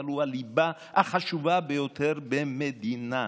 אבל הוא הליבה החשובה ביותר במדינה.